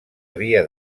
havia